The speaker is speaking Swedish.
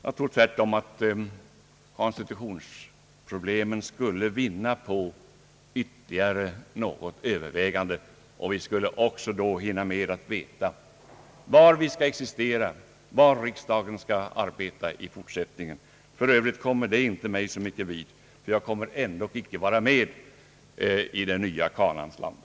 Jag tror tvärtom att konstitutionsproblemen skulle vinna på ytterligare något övervägande. Vi skulle då också hinna med att utröna var riksdagen i fortsättningen skall arbeta. För övrigt kommer detta sista inte att beröra mig personligt så mycket eftersom jag ändå inte kommer att vara med i det nya Kanaans land.